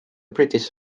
british